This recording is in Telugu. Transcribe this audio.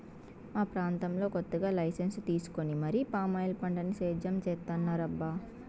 మా ప్రాంతంలో కొత్తగా లైసెన్సు తీసుకొని మరీ పామాయిల్ పంటని సేద్యం చేత్తన్నారబ్బా